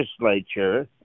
legislature